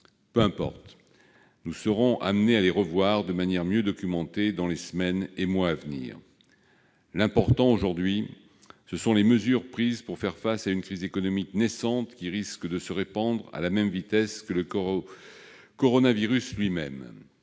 Peu importe : nous serons amenés à les revoir de manière mieux documentée dans les semaines et les mois à venir. L'important, ce sont les mesures prises pour faire face à une crise économique naissante qui risque de se répandre à la même vitesse que le coronavirus lui-même.